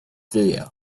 studio